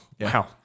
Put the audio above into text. wow